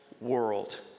world